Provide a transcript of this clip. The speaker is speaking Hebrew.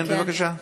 כן, בבקשה.